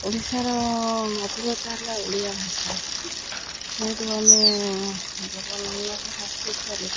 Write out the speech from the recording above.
ଓଡ଼ିଶାର ମଧୁରତା ହେଲା ଓଡ଼ିଆ ଭାଷା ଯେହେତୁ ଆମେ ଜଗନ୍ନାଥ ସଂସ୍କୃତିର ଲୋକ